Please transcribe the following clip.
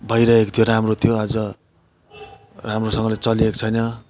भइरहेको थियो राम्रो त्यो आज राम्रोसँगले चलेको छैन